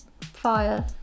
fire